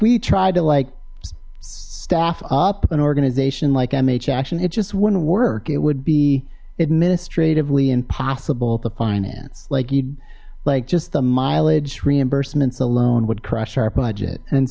we try to like staff up an organization like mhm action it just wouldn't work it would be administrative liam possible to finance like you like just the mileage reimbursements alone would crush our budget and